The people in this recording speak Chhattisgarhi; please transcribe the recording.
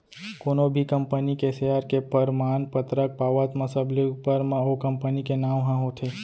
कोनो भी कंपनी के सेयर के परमान पतरक पावत म सबले ऊपर म ओ कंपनी के नांव ह होथे